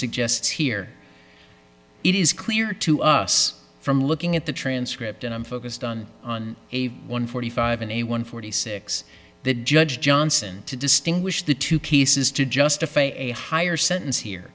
suggests here it is clear to us from looking at the transcript and i'm focused on on one forty five in a one forty six that judge johnson to distinguish the two cases to justify a higher sentence here